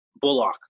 bullock